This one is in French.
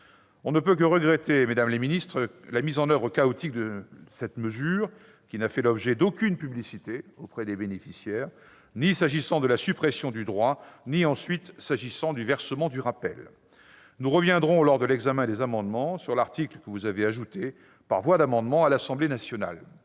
On ne peut que regretter, madame la ministre, madame la secrétaire d'État, la mise en oeuvre chaotique de cette mesure, qui n'a fait l'objet d'aucune publicité auprès des bénéficiaires, ni s'agissant de la suppression du droit ni ensuite s'agissant du versement du rappel. Nous reviendrons, lors de l'examen des amendements, sur l'article que vous avez ajouté, par voie d'amendement, à l'Assemblée nationale.